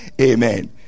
Amen